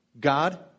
God